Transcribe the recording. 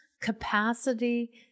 capacity